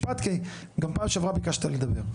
גם פעם שעברה ביקשת לדבר.